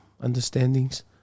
understandings